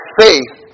faith